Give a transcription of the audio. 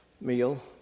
meal